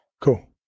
cool